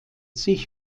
sich